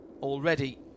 already